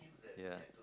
ya